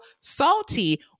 salty